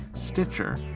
Stitcher